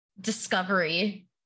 discovery